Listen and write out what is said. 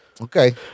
Okay